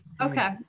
Okay